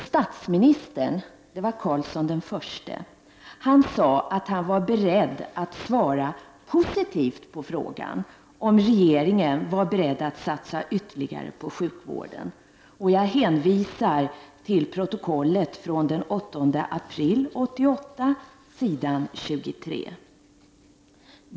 Statsministern, Carlsson I, sade att han var beredd att svara positivt på frågan om regeringen var beredd att satsa ytterligare på sjukvården. Jag hänvisar till protokollet från den 8 april 1988, sid. 23.